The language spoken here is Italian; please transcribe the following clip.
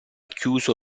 chiuso